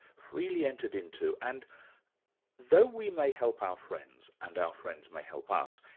freely entered into, and though we may help our friends and our friends may help ah us,